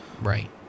Right